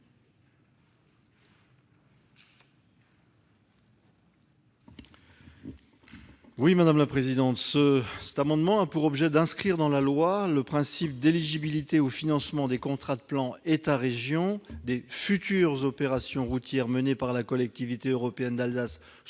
à M. André Reichardt. Cet amendement a pour objet d'inscrire dans la loi le principe d'éligibilité au financement par les contrats de plan État-région des futures opérations routières menées par la Collectivité européenne d'Alsace sur le réseau